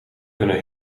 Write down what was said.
kunnen